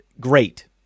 Great